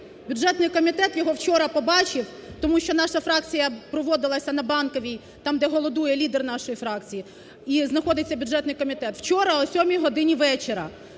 Бюджетний комітет його вчора побачив, тому що наша фракція проводилася на Банковій, там де голодує лідер нашої фракції, і знаходиться бюджетний комітет, вчора о 7 годині вечора,